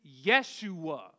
Yeshua